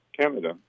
Canada